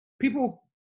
People